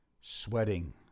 Sweating